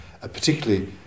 particularly